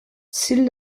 ziel